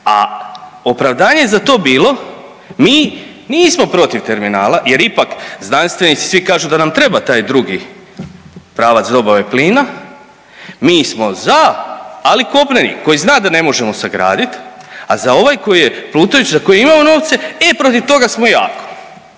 a opravdanje je za to bilo mi nismo protiv terminala jer ipak znanstvenici svi kažu da nam treba taj drugi pravac dobave plina, mi smo za ali kopneni koji zna da ne možemo sagradit, a ovaj za koji je plutajući za koji imamo novce, e protiv toga smo jako